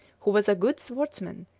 who was a good swordsman,